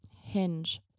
hinge